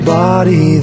body